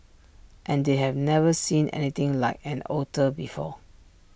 and they've never seen anything like an otter before